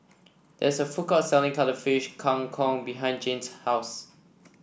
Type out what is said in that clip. there is a food court selling Cuttlefish Kang Kong behind Jane's house